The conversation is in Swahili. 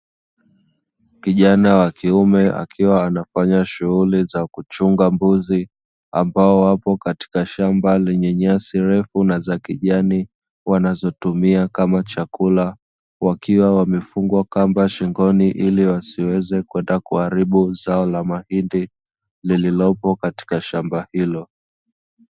Kijana wa kiume akiwa anafanya shughuli za kuchunga mbuzi ambao wapo katika shamba lenye nyasi refu na za kijani wanazotumia kama chakula, wakiwa wamefungwa kamba shingoni ili wasiweze kwenda kuharibu zao la mahindi lililopo katika shamba hilo.